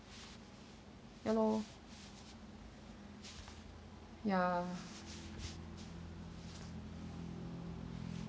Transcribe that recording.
ya lor ya